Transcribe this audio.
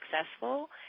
successful